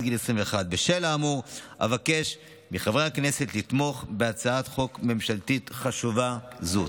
גיל 21. בשל האמור אבקש מחברי הכנסת לתמוך בהצעת חוק ממשלתית חשובה זו.